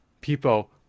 People